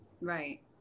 Right